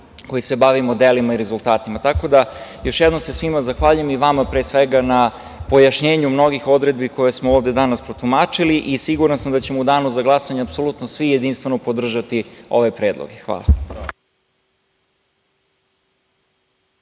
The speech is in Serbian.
koji se bavimo delima i rezultatima. Još jednom se svima zahvaljujem i vama pre svega na pojašnjenju mnogih odredbi koje smo ovde danas protumačili i siguran sam da ćemo u danu za glasanje apsolutno svi jedinstveno podržati ove predloge. Hvala.